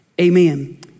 Amen